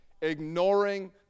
ignoring